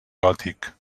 gòtic